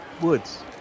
woods